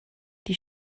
die